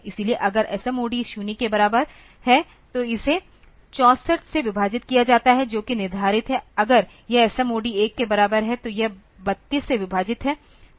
इसलिए अगर SMOD 0 के बराबर है तो इसे 64 से विभाजित किया जाता है जो की निर्धारित है अगर यह SMOD 1 के बराबर है तो यह 32 से विभाजित है